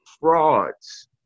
frauds